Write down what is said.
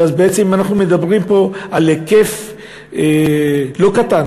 ואז בעצם אם אנחנו מדברים פה על הר בהיקף לא קטן,